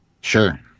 Sure